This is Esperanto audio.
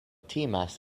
timas